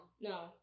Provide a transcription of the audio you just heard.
No